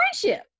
friendship